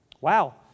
Wow